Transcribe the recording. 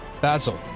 Basil